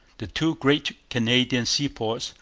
the two great canadian seaports,